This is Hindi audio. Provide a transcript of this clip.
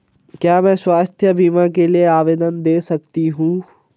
क्या मैं स्वास्थ्य बीमा के लिए आवेदन दे सकती हूँ?